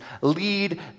lead